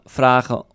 vragen